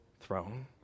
throne